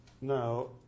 Now